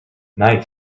night